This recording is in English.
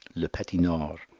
le petit nord.